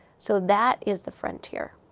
so that is the frontier.